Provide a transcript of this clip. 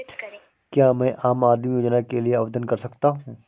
क्या मैं आम आदमी योजना के लिए आवेदन कर सकता हूँ?